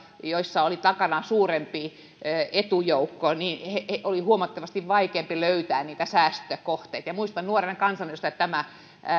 joissa oli takana suurempi etujoukko oli huomattavasti vaikeampi löytää niitä säästökohteita ja muistan että nuorena kansanedustajana tämä